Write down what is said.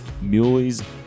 muleys